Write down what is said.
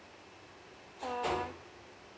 err